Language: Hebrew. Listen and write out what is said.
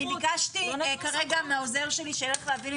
אני ביקשתי כרגע מהעוזר שלי שילך להביא לי